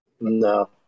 No